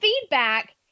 Feedback